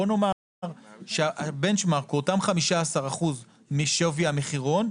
בוא נאמר שהבנצ'מארק הוא אותם 15% משווי המחירון,